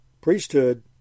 priesthood